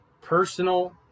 personal